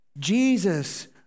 Jesus